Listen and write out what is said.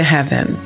Heaven